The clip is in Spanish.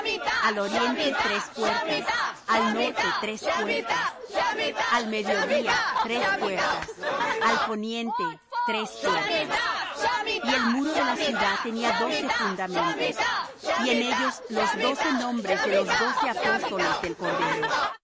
al oriente tres puertas al norte tres puertas al mediodiá tres puertas al poniente tres puertas y el muro de la ciudad tenía doce fundamentos y en ellos los doce nombres de los doce apóstoles del cordero